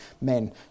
men